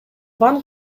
ван